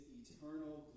eternal